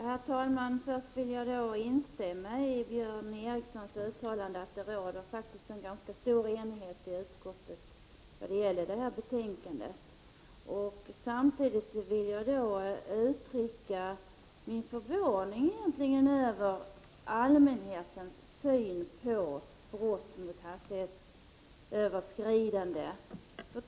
Herr talman! Först vill jag instämma i Björn Ericsons uttalande att det faktiskt råder ganska stor enighet i utskottet när det gäller detta betänkande. Samtidigt vill jag uttrycka min förvåning över allmänhetens syn på brott mot hastighetsbestämmelserna.